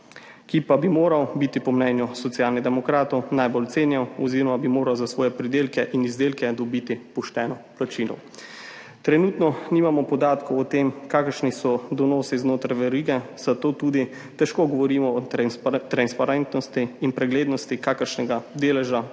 ki pa bi moral biti po mnenju Socialnih demokratov najbolj cenjen oziroma bi moral za svoje pridelke in izdelke dobiti pošteno plačilo. Trenutno nimamo podatkov o tem, kakšni so donosi znotraj verige, zato tudi težko govorimo o transparentnosti in preglednosti, kakšen delež